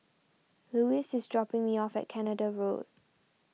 Lewis is dropping me off at Canada Road